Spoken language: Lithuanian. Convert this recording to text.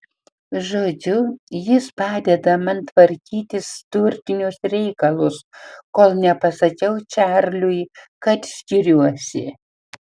žodžiu jis padeda man tvarkytis turtinius reikalus kol nepasakiau čarliui kad skiriuosi